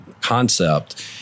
concept